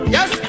Yes